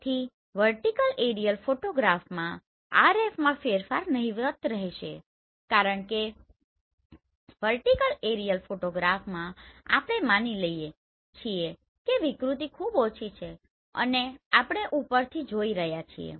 તેથી vertical aerial ફોટોગ્રાફમાં RFમાં ફેરફાર નહિવત્ રહેશે કારણ કે વર્ટીકલ એરિયલ ફોટોગ્રાફમાં આપણે માની લઈએ છીએ કે વિકૃતિ ખૂબ ઓછી છે અને આપણે ઉપરથી જોઈ રહ્યા છીએ